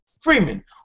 Freeman